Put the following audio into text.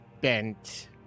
bent